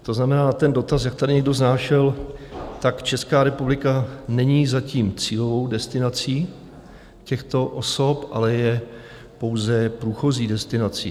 To znamená, dotaz, jak tady někdo vznášel, Česká republika není zatím cílovou destinací těchto osob, ale je pouze průchozí destinací.